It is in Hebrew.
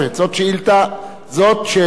זאת שאלה נוספת.